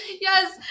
Yes